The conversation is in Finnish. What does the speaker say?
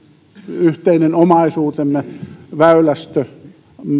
yhteinen omaisuutemme väylästö